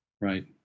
Right